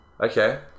Okay